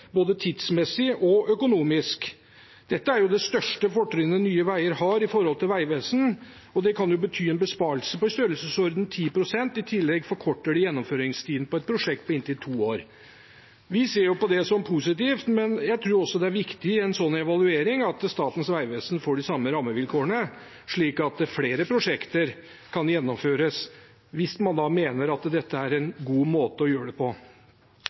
både tidsmessig og økonomisk. Dette er det største fortrinnet Nye Veier har i forhold til Statens vegvesen, og det kan bety en besparelse på i størrelsesordenen 10 pst., i tillegg forkorter det gjennomføringstiden for et prosjekt med inntil to år. Vi ser på det som positivt, men jeg tror også det er viktig i en slik evaluering at Statens vegvesen får de samme rammevilkårene, slik at flere prosjekter kan gjennomføres – hvis man da mener at dette er en god måte å gjøre det på. Litt tilbake til statlige planer: Alle har vært inne på